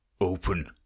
open